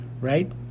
Right